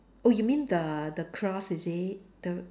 oh you mean the the cross is it the